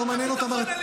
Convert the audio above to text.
ביטלת את הביטחון הלאומי,